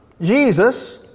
Jesus